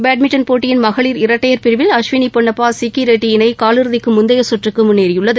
badminton போட்டியின் மகளிர் இரட்டையர் பிரிவில் அஸ்வினி பொன்னப்பா சிக்கிரெட்டி இணை கால் இறுதிக்கு முந்தைய சுற்றுக்கு முன்னேறியுள்ளது